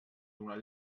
donar